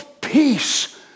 peace